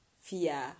fear